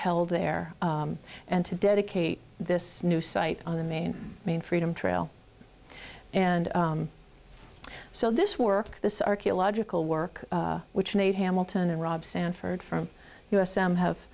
held there and to dedicate this new site on the main main freedom trail and so this work this archaeological work which made hamilton and rob sanford from us m have